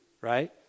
right